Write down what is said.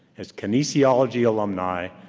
as kinesiology alumni,